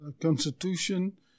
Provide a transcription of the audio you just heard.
constitution